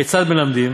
כיצד מלמדים?